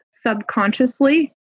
subconsciously